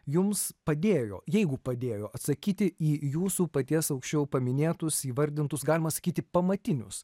jums padėjo jeigu padėjo atsakyti į jūsų paties aukščiau paminėtus įvardintus galima sakyti pamatinius